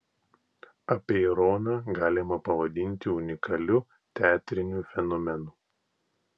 apeironą galima pavadinti unikaliu teatriniu fenomenu